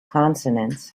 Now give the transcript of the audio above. consonants